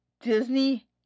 Disney